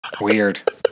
Weird